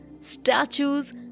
statues